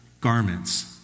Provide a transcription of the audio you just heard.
garments